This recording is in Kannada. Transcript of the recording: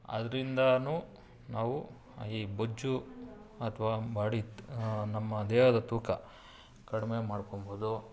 ಅದ್ರಿಂದ ನಾವು ಈ ಬೊಜ್ಜು ಅಥ್ವಾ ಮಾಡಿದ ನಮ್ಮ ದೇಹದ ತೂಕ ಕಡಿಮೆ ಮಾಡಿಕೊಂಬೋದು